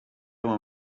were